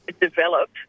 develop